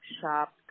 shop